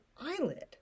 eyelid